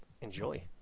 Enjoy